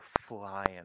flying